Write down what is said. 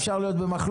אפשר להיות במחלוקת.